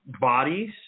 bodies